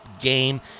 game